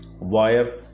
wire